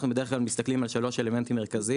אז אנחנו בדרך כלל מסתכלים על שלושה אלמנטים מרכזיים,